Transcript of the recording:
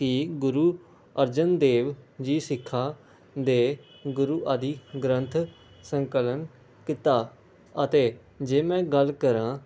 ਕਿ ਗੁਰੂ ਅਰਜਨ ਦੇਵ ਜੀ ਸਿੱਖਾਂ ਦੇ ਗੁਰੂ ਆਦੀ ਗ੍ਰੰਥ ਸੰਕਲਨ ਕਿਤਾ ਅਤੇ ਜੇ ਮੈਂ ਗੱਲ ਕਰਾਂ